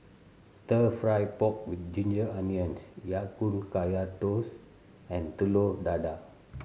Stir Fried Pork With Ginger Onions Ya Kun Kaya Toast and Telur Dadah